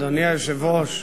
אדוני היושב-ראש,